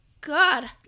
god